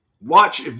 Watch